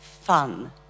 fun